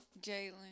Jalen